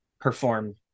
perform